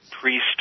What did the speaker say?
priest